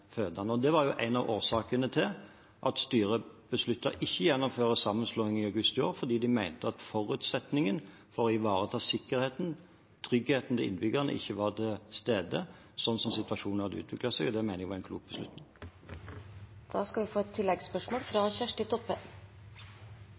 Det var en av årsakene til at styret besluttet ikke å gjennomføre sammenslåing i august i år. De mente at forutsetningen for å ivareta sikkerheten, tryggheten, til innbyggerne ikke var til stede, slik situasjonen hadde utviklet seg. Det mener jeg var en klok